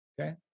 okay